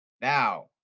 Now